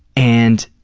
and